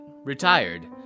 Retired